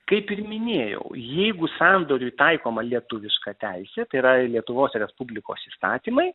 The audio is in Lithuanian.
kaip ir minėjau jeigu sandoriui taikoma lietuviška teisė tai yra lietuvos respublikos įstatymai